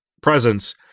presence